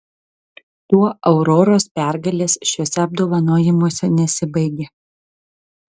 tuo auroros pergalės šiuose apdovanojimuose nesibaigė